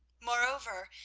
moreover,